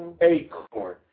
Acorn